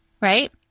right